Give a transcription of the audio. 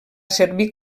servir